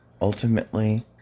Ultimately